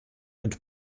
und